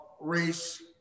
race